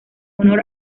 honor